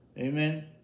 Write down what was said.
Amen